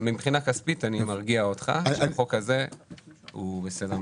מבחינה כספית, אני מרגיע אותך שהחוק הזה הוא בסדר.